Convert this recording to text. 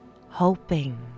hoping